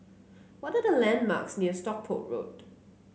what are the landmarks near Stockport Road